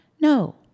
no